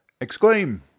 Exclaim